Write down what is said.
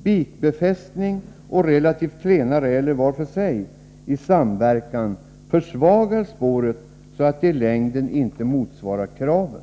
spikbefästning och relativt klena räler var för sig i samverkan försvagar spåret, så att det i längden inte motsvarar kraven.